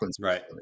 right